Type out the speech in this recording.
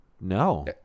No